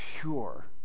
pure